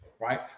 right